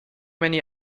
many